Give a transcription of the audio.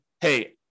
hey